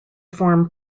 form